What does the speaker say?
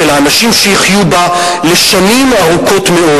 של האנשים שיחיו בה לשנים ארוכות מאוד,